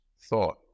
thought